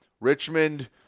Richmond